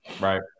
right